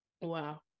wow